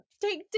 Take